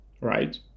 Right